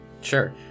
sure